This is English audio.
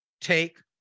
Take